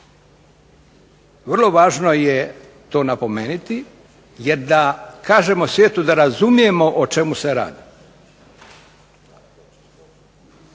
Vrlo važno je to napomenuti jer da kažemo svijetu da razumijemo o čemu se radi.